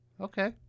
Okay